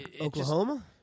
Oklahoma